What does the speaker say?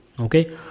okay